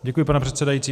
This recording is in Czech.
Děkuji, pane předsedající.